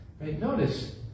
notice